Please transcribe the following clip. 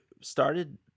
started